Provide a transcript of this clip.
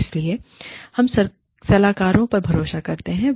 इसलिए हम सलाहकारों पर भरोसा करते हैं